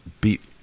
beat